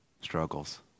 struggles